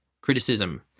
criticism